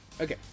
Okay